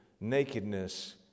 nakedness